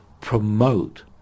promote